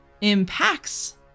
impacts